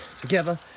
together